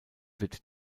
wird